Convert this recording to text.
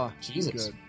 Jesus